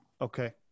Okay